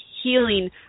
healing